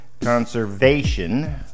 conservation